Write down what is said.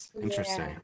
Interesting